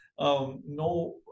no